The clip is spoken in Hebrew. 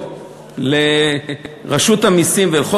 נתנו כלים חזקים מאוד לרשות המסים ולכל